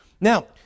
Now